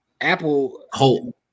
Apple